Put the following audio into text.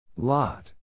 Lot